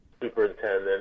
superintendent